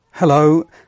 Hello